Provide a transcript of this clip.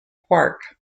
quark